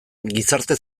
gizarte